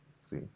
See